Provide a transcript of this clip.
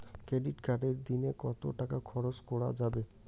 Credit কার্ডে দিনে কত টাকা খরচ করা যাবে?